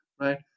right